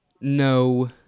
No